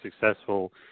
successful